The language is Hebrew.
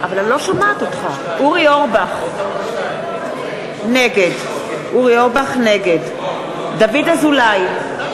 אורבך, נגד דוד אזולאי,